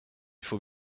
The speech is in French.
faut